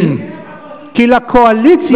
תפנה לקואליציה.